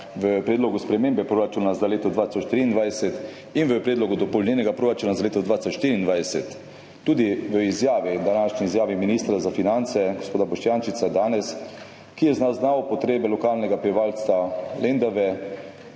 v predlogu spremembe proračuna za leto 2023 in v predlogu dopolnjenega proračuna za leto 2024, tudi v današnji izjavi ministra za finance gospoda Boštjančiča, ki je zaznal potrebe lokalnega prebivalstva Lendave